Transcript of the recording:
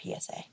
PSA